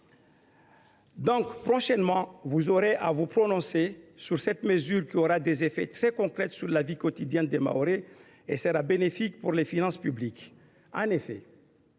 aurez prochainement à vous prononcer sur cette mesure, qui aura des effets très concrets sur la vie quotidienne des Mahorais et sera bénéfique pour les finances publiques. La